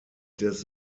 des